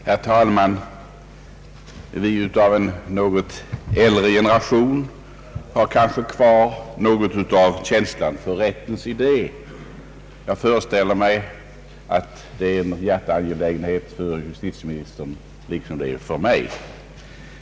Herr talman! Vi som tillhör en litet äldre generation har kanske kvar något av känslan för rättens idé. Jag föreställer mig att detta är en hjärteangelägenhet för justitieministern liksom det är för mig.